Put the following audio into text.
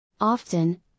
Often